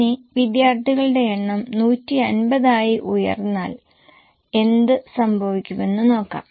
ഇനി വിദ്യാർത്ഥികളുടെ എണ്ണം 150 ആയി ഉയർന്നാൽ എന്ത് സംഭവിക്കുമെന്ന് നോക്കാം